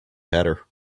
hatter